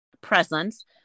presence